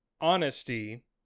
honesty